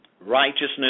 righteousness